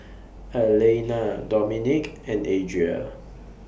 Alaina Dominik and Adria